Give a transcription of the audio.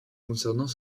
concernant